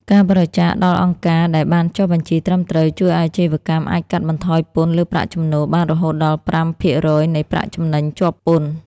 ការបរិច្ចាគដល់អង្គការដែលបានចុះបញ្ជីត្រឹមត្រូវ ជួយឱ្យអាជីវកម្មអាចកាត់បន្ថយពន្ធលើប្រាក់ចំណូលបានរហូតដល់ប្រាំភាគរយនៃប្រាក់ចំណេញជាប់ពន្ធ។